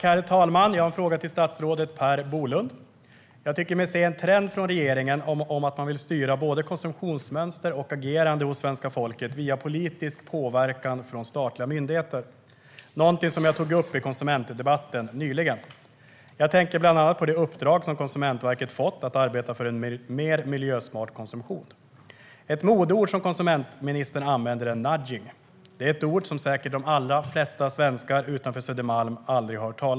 Herr talman! Jag har en fråga till statsrådet Per Bolund. Jag tycker mig se en trend från regeringen att man vill styra både konsumtionsmönster och agerande hos svenska folket via politisk påverkan från statliga myndigheter, någonting som jag tog upp i konsumentdebatten nyligen. Jag tänker bland annat på det uppdrag som Konsumentverket fått om att arbeta för en mer miljösmart konsumtion. Ett modeord som konsumentministern använder är "nudging". Det är ett ord som de allra flesta svenskar utanför Södermalm säkert aldrig hört.